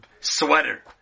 sweater